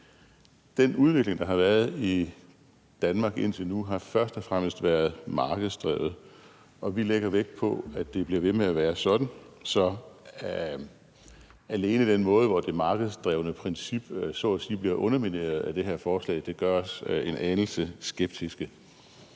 Den udvikling, der har været i Danmark indtil nu, har først og fremmest været markedsdrevet, og vi lægger vægt på, at det bliver ved med at være sådan, så alene af den måde, som det markedsdrevne princip så at sige bliver undermineret på af det her forslag, gør os en anelse skeptiske.